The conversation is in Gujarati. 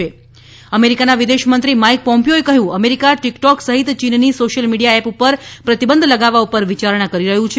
અમેરિકા ટિકટોક અમેરિકાના વિદેશમંત્રી માઇક પોમ્પીઓએ કહ્યું છે કે અમેરિકા ટિકટોક સહિત ચીનની સોશિયલ મીડિયા એપ પર પ્રતિબંધ લગાવવા પર વિચારણા કરી રહ્યું છે